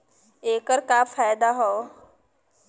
ऐकर का फायदा हव?